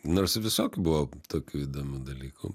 nors visokių buvo tokių įdomių dalykų